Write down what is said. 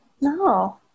No